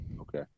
Okay